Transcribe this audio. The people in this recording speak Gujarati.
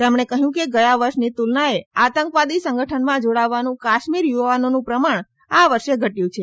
તેમણે કહ્યું કે ગયા વર્ષની તુલનાએ આતંકવાદી સંગઠનમાં જોડાવવાનું કાશ્મીર યુવાનોનું પ્રમાણ આ વર્ષે ઘટ્યું છે